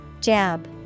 Jab